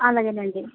అలాగే అండి